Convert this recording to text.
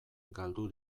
galdu